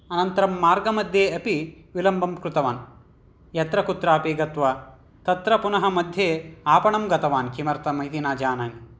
अनन्तरं मार्गमध्ये अपि विलम्बं कृतवान् यत्र कुत्रापि गत्वा तत्र पुनः मध्ये आपणं गतवान् किमर्थम् इति न जानामि